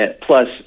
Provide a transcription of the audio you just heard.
plus